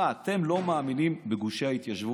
מה, אתם לא מאמינים בגושי ההתיישבות?